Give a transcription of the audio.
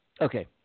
Okay